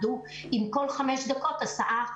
אנחנו נשב גם עם סאסא סטון,